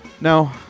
No